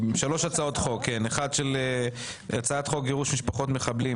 ישנן שלוש הצעות חוק: 1. הצעת חוק גירוש משפחות מחבלים